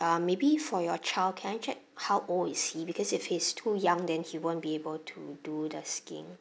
uh maybe for your child can I check how old is he because if he's too young then he won't be able to do the skiing